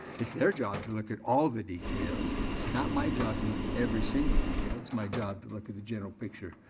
it's their job to look at all the details. it's not my job to look at every single detail. it's my job to look at the general picture.